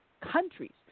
countries